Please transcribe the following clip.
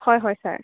হয় হয় ছাৰ